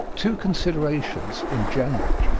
two considerations, in general,